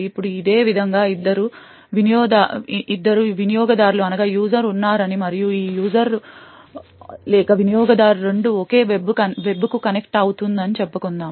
ఇప్పుడు ఇదే విధంగా ఇద్దరు యూజర్ ఉన్నారని మరియు ఈ యూజర్ 2 ఒకే వెబ్కు కనెక్ట్ అవుతుందని చెప్పుకుందాం